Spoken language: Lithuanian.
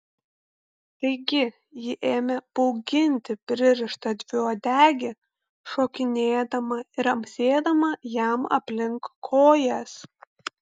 taigi ji ėmė bauginti pririštą dviuodegį šokinėdama ir amsėdama jam aplink kojas